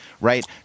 right